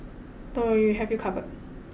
don't worry we have you covered